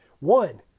One